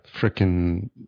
freaking